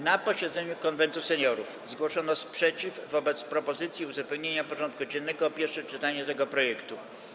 Na posiedzeniu Konwentu Seniorów zgłoszono sprzeciw wobec propozycji uzupełnienia porządku dziennego o pierwsze czytanie tego projektu.